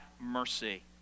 mercy